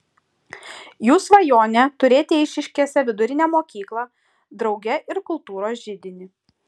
jų svajonė turėti eišiškėse vidurinę mokyklą drauge ir kultūros židinį